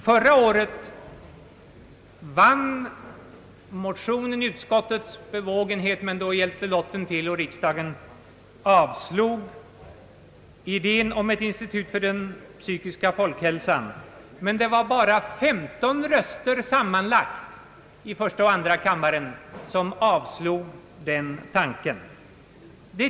Förra året vann motionen utskottets bevågenhet, men då var det lotten som gjorde att riksdagen avslog idén om ett institut för den psykiska folkhälsan. Men det var bara femton röster sammanlagt i första och andra kammaren, som gjorde att den tanken avslogs!